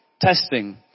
Testing